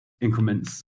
increments